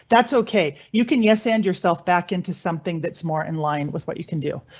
that's ok. you can yes and yourself back into something that's more in line with what you can do.